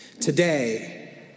Today